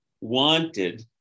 wanted